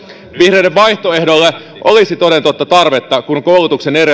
vihreiden vaihtoehdolle olisi toden totta tarvetta kun koulutuksen